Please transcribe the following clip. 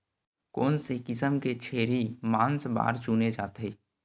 कोन से किसम के छेरी मांस बार चुने जाथे?